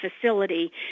facility